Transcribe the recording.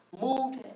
moved